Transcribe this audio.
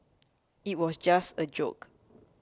it was just a joke